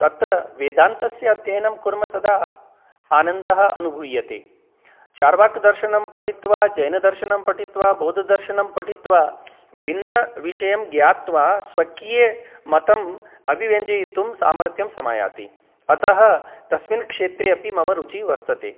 तत्र वेदान्तस्य अध्ययनं कुर्मः तदा आनन्दः अनुभूयते चार्वाकदर्शनं पठित्वा जैनदर्शनं पठित्वा बौधदर्शनं पठित्वा भिन्नविषयं ज्ञात्वा स्वकीय मतम् अभिव्यञ्जयितुं सामर्थ्यं समायाति अतः तस्मिन् क्षेत्रे अपि मम रुचिः वर्तते